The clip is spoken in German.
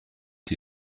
die